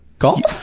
golf?